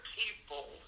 people